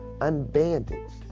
unbandaged